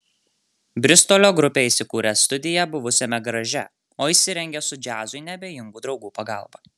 bristolio grupė įsikūrė studiją buvusiame garaže o įsirengė su džiazui neabejingų draugų pagalba